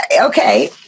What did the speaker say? Okay